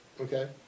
Okay